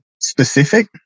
specific